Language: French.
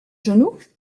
genoux